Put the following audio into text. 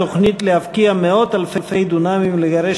התוכנית להפקיע מאות-אלפי דונמים ולגרש